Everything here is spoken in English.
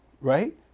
Right